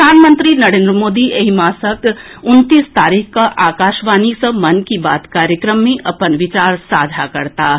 प्रधानमंत्री नरेन्द्र मोदी एहि मासक उनतीस तारीख कऽ आकाशवाणी सँ मन की बात कार्यक्रम मे अपन विचार साझा करताह